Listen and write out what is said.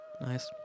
Nice